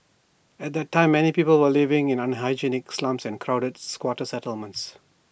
at that time many people were living in unhygienic slums and crowded squatter settlements